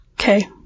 Okay